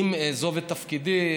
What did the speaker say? אם אעזוב את תפקידי,